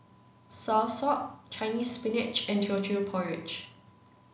Soursop Chinese Spinach and Teochew Porridge